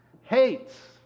hates